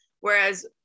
Whereas